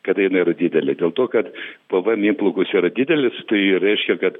kada jinai yra didelė dėl to kad pvm įplaukos yra didelės tai reiškia kad